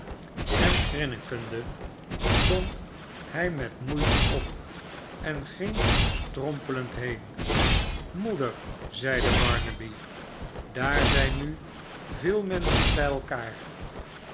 en grinnekende stond hij met moeite op engingstrompelendheen moeder zeide barnaby sdaar zijn nu veel menschen bij elkaar